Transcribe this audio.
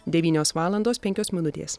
devynios valandos penkios minutės